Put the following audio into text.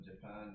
Japan